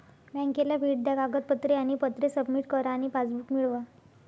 बँकेला भेट द्या कागदपत्रे आणि पत्रे सबमिट करा आणि पासबुक मिळवा